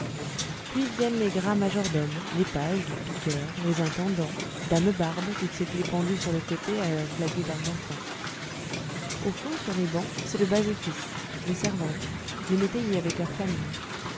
puis viennent les gras majordomes les pages les piqueurs les intendants dame barbe toutes ses clefs pendues sur le côté à un clavier d'argent fin au fond sur les bancs c'est le bas office les servantes les métayers avec leurs familles